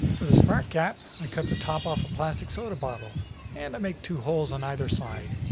for the spark gap, i cut the top off a plastic soda bottle and i make two holes on either side,